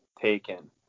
taken